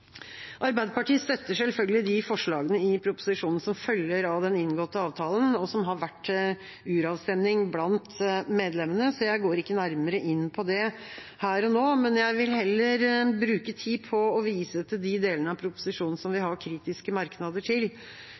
Arbeiderpartiet støtter selvfølgelig de forslagene i proposisjonen som følger av den inngåtte avtalen, og som har vært til uravstemning blant medlemmene, så jeg går ikke nærmere inn på det her og nå. Jeg vil heller bruke tid på å vise til de delene av proposisjonen som vi har kritiske merknader til.